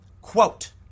quote